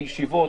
הישיבות,